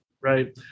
right